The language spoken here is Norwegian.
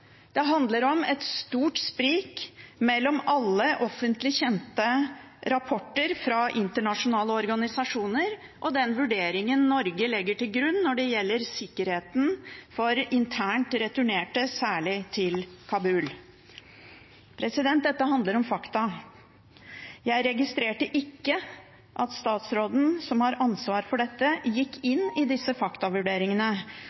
Det handler om et stort sprik mellom alle offentlig kjente rapporter fra internasjonale organisasjoner og den vurderingen Norge legger til grunn når det gjelder sikkerheten for returnerte flyktninger – særlig til Kabul. Dette handler om fakta. Jeg registrerte ikke at statsråden som har ansvar for dette, gikk